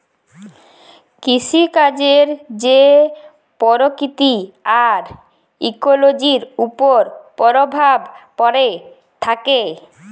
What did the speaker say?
কিসিকাজের যে পরকিতি আর ইকোলোজির উপর পরভাব প্যড়ে থ্যাকে